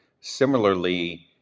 Similarly